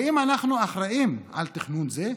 האם אנחנו אחראים לתכנון זה?